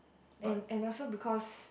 and and also because